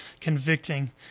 convicting